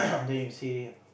and then you say